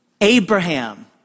Abraham